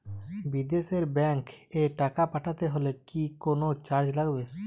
বিদেশের ব্যাংক এ টাকা পাঠাতে হলে কি কোনো চার্জ লাগবে?